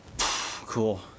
Cool